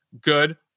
good